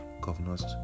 governors